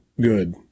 good